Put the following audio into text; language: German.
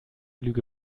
lüge